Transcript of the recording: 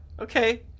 Okay